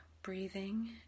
breathing